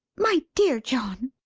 my dear john,